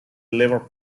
liver